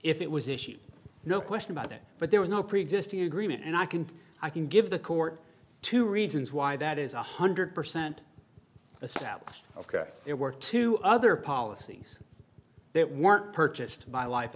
if it was issued no question about it but there was no preexisting agreement and i can i can give the court two reasons why that is one hundred percent the southeast ok there were two other policies that weren't purchased by life